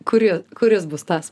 kuri kuris bus tas